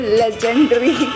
legendary